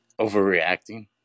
overreacting